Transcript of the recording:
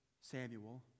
Samuel